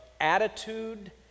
attitude